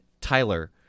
tyler